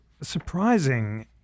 surprising